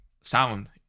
Sound